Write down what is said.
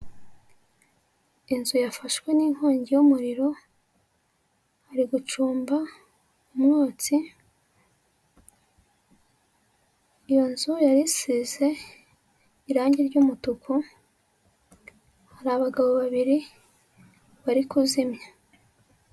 Inzu yafashwe n'inkongi y'umuriro, hari gucumba umwotsi, iyo nzu yarisize irange ry'umutuku, hari abagabo babiri bari kuzimya.